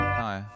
hi